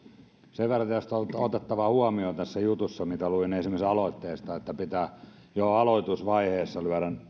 sen verran on otettava huomioon tässä jutussa mitä luin esimerkiksi aloitteesta että pitää jo aloitusvaiheessa lyödä